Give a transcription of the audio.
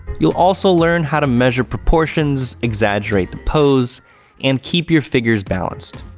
you'll also learn how to measure proportions, exaggerate the pose and keep your figures balanced.